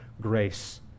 grace